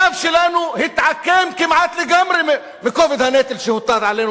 הגב שלנו התעקם כמעט לגמרי מכובד הנטל שהוטל עלינו,